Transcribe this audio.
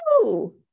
woo